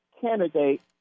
candidate